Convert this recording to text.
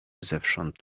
zewsząd